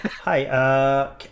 hi